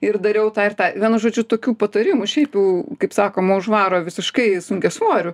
ir dariau tą ir tą vienu žodžiu tokių patarimų šiaip jau kaip sakoma užvaro visiškai sunkiasvorių